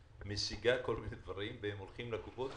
משיגה כל מיני דברים והם הולכים לקופות,